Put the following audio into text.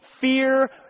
fear